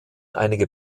einige